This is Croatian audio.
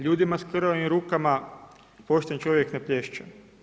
Ljudima s krvavim rukama, pošten čovjek ne plješće.